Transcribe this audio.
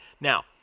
Now